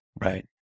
Right